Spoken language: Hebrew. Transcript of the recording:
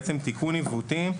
בעצם תיקון עיוותים,